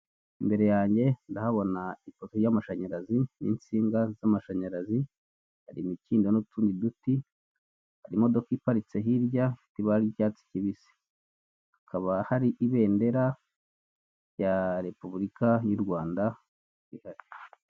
Imbere yanjye ndahabona ipoto y'amashanyarazi n'insinga z'amashanyarazi, hari imikindo n'utundi duti, hari imodoka iparitse hirya ifite ibara ry'icyatsi kibisi, hakaba hari ibendera rya repuburika y'u Rwanda rihari.